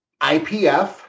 IPF